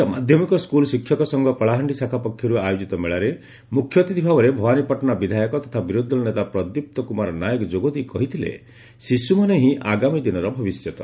ଓଡ଼ିଶା ମାଧ୍ଧମିକ ସ୍କୁଲ ଶିକ୍ଷକ ସଂଘ କଳାହାଣ୍ଡି ଶାଖା ପକ୍ଷର୍ ଆୟୋଜିତ ମେଳାରେ ମୁଖ୍ୟଅତିଥି ଭାବରେ ଭବାନୀପାଟଣା ବିଧାୟକ ତଥା ବିରୋଧୀଦଳ ନେତା ପ୍ରଦୀପ୍ତ କୁମାର ନାଏକ ଯୋଗଦେଇ କହିଥିଲେ ଶିଶ୍ୱମାନେ ହି ଆଗାମୀ ଦିନର ଭବିଷ୍ୟତ